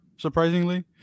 surprisingly